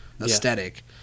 aesthetic